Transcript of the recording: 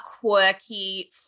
quirky